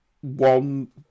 one